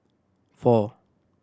four